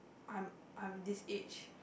I'm I'm this age